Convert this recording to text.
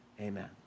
Amen